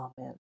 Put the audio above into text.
Amen